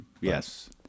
yes